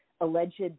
alleged